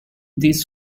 these